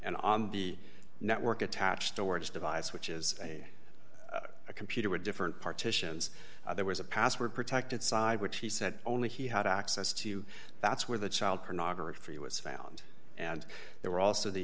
and on the network attached storage device which is a computer or different partitions there was a password protected side which he said only he had access to that's where the child pornography was found and there were also the